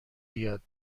بیاد